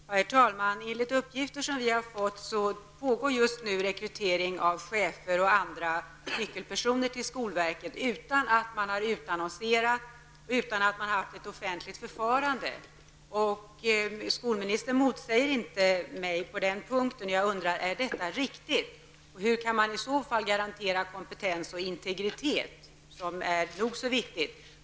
Herr talman! Enligt uppgift pågår just nu rekrytering till skolverket av chefer och andra nyckelpersoner utan att man har utannonserat och haft ett ordentligt förfarande. Skolministern motsäger mig inte på den punkten. Jag undrar: Är detta riktigt? Hur kan man i så fall garantera kompetens och integritet som är någonting nog så viktigt?